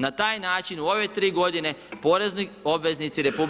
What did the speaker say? Na taj način u ove 3 g. porezni obveznici RH,